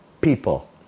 people